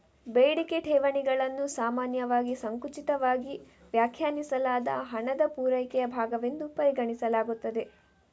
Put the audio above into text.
ಬೇಡಿಕೆ ಠೇವಣಿಗಳನ್ನು ಸಾಮಾನ್ಯವಾಗಿ ಸಂಕುಚಿತವಾಗಿ ವ್ಯಾಖ್ಯಾನಿಸಲಾದ ಹಣದ ಪೂರೈಕೆಯ ಭಾಗವೆಂದು ಪರಿಗಣಿಸಲಾಗುತ್ತದೆ